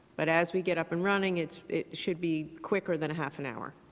but as we get up and running, it it should be quicker than a half an hour.